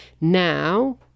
Now